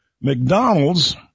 McDonald's